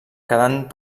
quedant